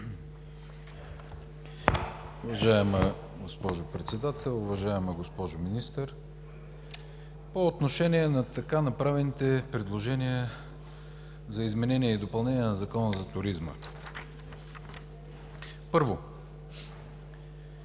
Уважаема госпожо Председател, уважаема госпожо Министър! По отношение на така направените предложения за изменение и допълнение на Закона за туризма. Първо,